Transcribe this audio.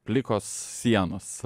plikos sienos